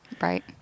Right